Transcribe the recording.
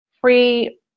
free